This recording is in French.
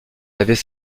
avait